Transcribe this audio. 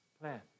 plan